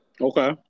Okay